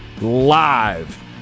live